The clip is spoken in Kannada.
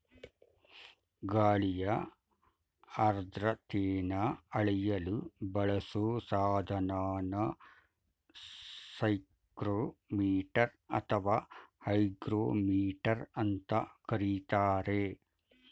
ಗಾಳಿಯ ಆರ್ದ್ರತೆನ ಅಳೆಯಲು ಬಳಸೊ ಸಾಧನನ ಸೈಕ್ರೋಮೀಟರ್ ಅಥವಾ ಹೈಗ್ರೋಮೀಟರ್ ಅಂತ ಕರೀತಾರೆ